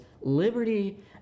liberty